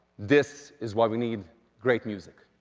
this is why we need great music.